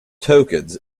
tokens